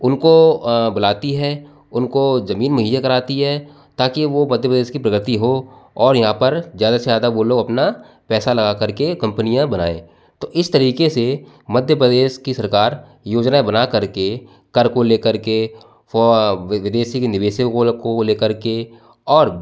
उनको बुलाती है उनको जमीन मुहैया कराती है ताकि वो मध्य प्रदेश की प्रगति हो और यहाँ पर ज़्यादा से ज़्यादा वो लोग अपना पैसा लगा करके कम्पनियाँ बनाए तो इस तरीके से मध्य प्रदेश की सरकार योजनाएं बना करके कर को लेकर के विदेशी के निवेशको को ले करके और